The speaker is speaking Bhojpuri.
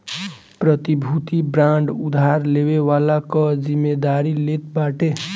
प्रतिभूति बांड उधार लेवे वाला कअ जिमेदारी लेत बाटे